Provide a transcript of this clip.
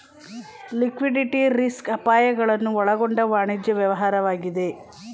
liquidity risk ಅಪಾಯಗಳನ್ನು ಒಳಗೊಂಡ ವಾಣಿಜ್ಯ ವ್ಯವಹಾರವಾಗಿದೆ